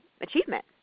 achievement